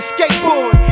skateboard